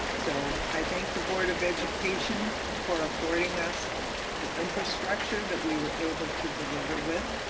so i thank the board of education for affording us the infrastructure that we were able to deliver with,